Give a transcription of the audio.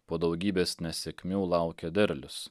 po daugybės nesėkmių laukia derlius